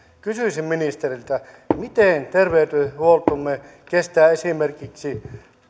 kysyisin ministeriltä miten terveydenhuoltomme kestää esimerkiksi